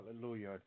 Hallelujah